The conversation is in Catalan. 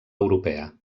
europea